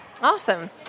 Awesome